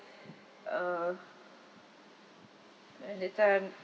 uh when they turn